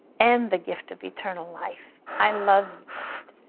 and the gift of eternal life. i love you, god.